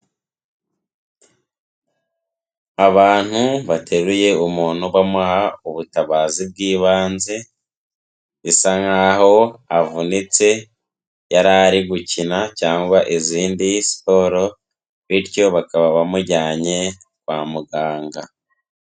Abantu bateruye umuntu bamuha ubutabazi bw'ibanze bisa nk'aho avunitse yari ari gukina cyangwa izindi siporo bityo bakaba bamujyanye kwa muganga.